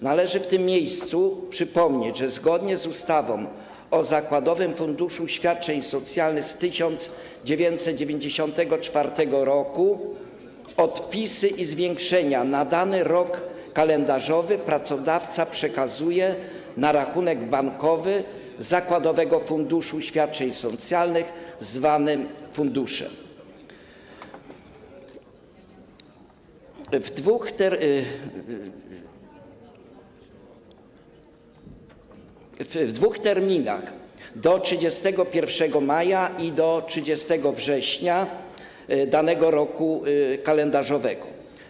Należy w tym miejscu przypomnieć, że zgodnie z ustawą o zakładowym funduszu świadczeń socjalnych z 1994 r. odpisy i zwiększenia na dany rok kalendarzowy pracodawca przekazuje na rachunek bankowy zakładowego funduszu świadczeń socjalnych, zwanego funduszem, w dwóch terminach: do 31 maja i do 30 września danego roku kalendarzowego.